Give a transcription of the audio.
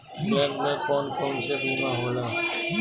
Bank में कौन कौन से बीमा होला?